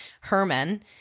Herman